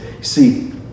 See